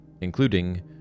including